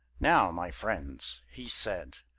now, my friends, he said,